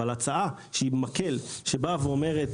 אבל הצעה שהיא מקל שהיא באה ואומרת,